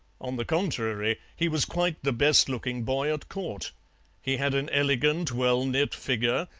on the contrary, he was quite the best-looking boy at court he had an elegant, well-knit figure,